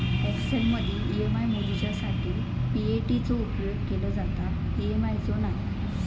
एक्सेलमदी ई.एम.आय मोजूच्यासाठी पी.ए.टी चो उपेग केलो जाता, ई.एम.आय चो नाय